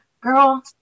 girl